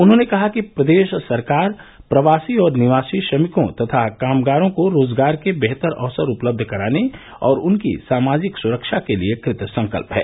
उन्होंने कहा कि प्रदेश सरकार प्रवासी और निवासी श्रमिकों तथा कामगारों को रोजगार के बेहतर अवसर उपलब्ध कराने और उनकी सामाजिक सुरक्षा के लिए कृतसंकल्प है